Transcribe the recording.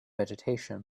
vegetation